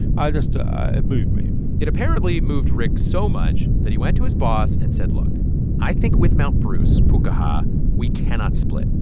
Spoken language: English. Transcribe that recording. i just ah it moved me it apparently moved rick so much that he went to his boss and said, look i think with mount bruce pukaha we cannot split.